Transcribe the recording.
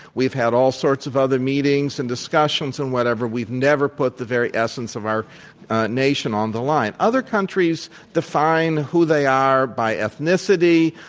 we've had all sorts of other meetings and discussions and whatever. we've never put the very essence of our nation on the line. other countries define who they are by ethnicity,